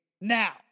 Now